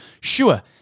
Sure